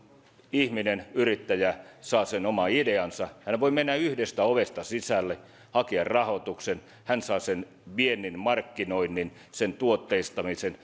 ihminen yrittäjä saa sen oman ideansa hän voi mennä yhdestä ovesta sisälle ja hakea rahoituksen saada sen viennin markkinoinnin sen tuotteistamisen